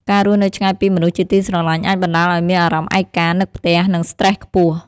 ការរស់នៅឆ្ងាយពីមនុស្សជាទីស្រលាញ់អាចបណ្ដាលឱ្យមានអារម្មណ៍ឯកា នឹកផ្ទះ និងស្ត្រេសខ្ពស់ ។